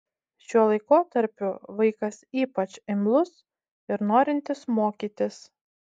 šiuo laikotarpiu vaikas ypač imlus ir norintis mokytis